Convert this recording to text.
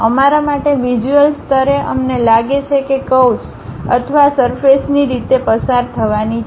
અમારા માટે વિઝ્યુઅલ સ્તરે અમને લાગે છે કે કર્વ્સ અથવા સરફેસ ની રીતે પસાર થવાની છે